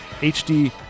HD